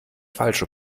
falsche